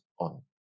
on